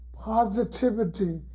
positivity